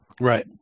right